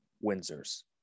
Windsor's